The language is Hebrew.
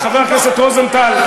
חבר הכנסת רוזנטל,